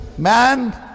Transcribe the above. Man